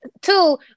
Two